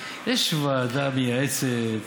יש ועדה מייעצת,